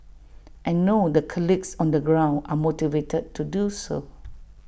I know the colleagues on the ground are motivated to do so